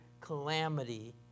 calamity